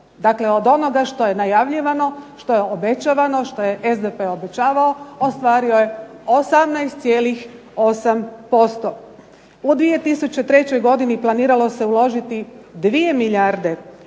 Dakle, od onoga što je najavljivano, što je obećavano, što je SDP obećavao ostvario je 18,8%. U 2003. godini planiralo se uložiti 2 milijarde